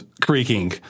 creaking